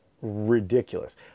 ridiculous